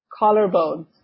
Collarbones